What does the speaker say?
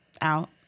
out